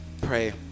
pray